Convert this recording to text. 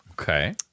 Okay